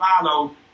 follow